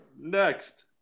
Next